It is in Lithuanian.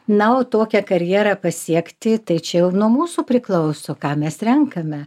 na o tokią karjerą pasiekti tai čia jau nuo mūsų priklauso ką mes renkame